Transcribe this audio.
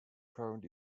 current